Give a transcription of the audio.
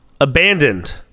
Abandoned